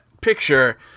picture –